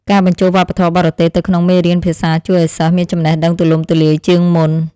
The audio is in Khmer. ការបញ្ចូលវប្បធម៌បរទេសទៅក្នុងមេរៀនភាសាជួយឱ្យសិស្សមានចំណេះដឹងទូលំទូលាយជាងមុន។